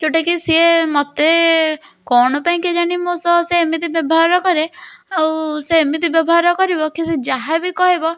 ଯେଉଁଟା କି ସେ ମୋତେ କ'ଣ ପାଇଁ କେଜାଣି ସେ ମୋ ସହ ଏମିତି ବ୍ୟବହାର କରେ ଆଉ ସେ ଏମିତି ବ୍ୟବହାର କରିବ କି ସେ ଯାହା ବି କହିବ